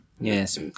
Yes